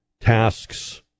tasks